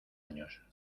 años